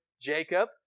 Jacob